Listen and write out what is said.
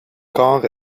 corps